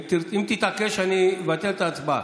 אם תתעקש אני אבטל את ההצבעה.